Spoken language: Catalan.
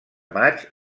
maig